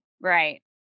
Right